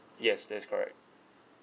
yes that's correct